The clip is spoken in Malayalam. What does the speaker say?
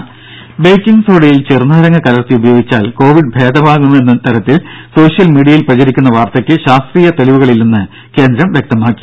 ദര ബേക്കിംഗ് സോഡയിൽ ചെറുനാരങ്ങ കലർത്തി ഉപയോഗിച്ചാൽ കോവിഡ് ഭേദമാകുമെന്ന തരത്തിൽ സോഷ്യൽ മീഡിയയിൽ പ്രചരിക്കുന്ന വാർത്തയ്ക്ക് ശാസ്ത്രീയ തെളിവുകളില്ലെന്ന് കേന്ദ്രം വ്യക്തമാക്കി